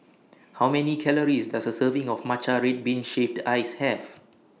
How Many Calories Does A Serving of Matcha Red Bean Shaved Ice Have